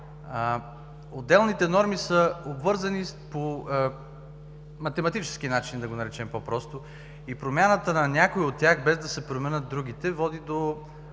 отделните норми са обвързани по математически начин, да го наречем по-просто, и промяната на някои от тях, без да се променят другите, води до